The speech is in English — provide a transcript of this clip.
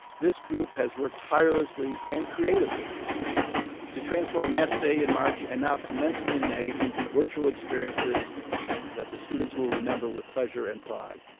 this group has worked tirelessly and creatively to transform match day in march and now commencement in may into virtual experiences that the students will remember with pleasure and pride.